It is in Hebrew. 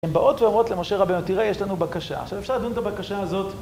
הן באות ואומרות למשה רבנו, תראה יש לנו בקשה, עכשיו אפשר לדון את הבקשה הזאת.